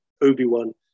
Obi-Wan